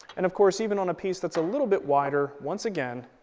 and of course, even on a piece that's a little bit wider, once again,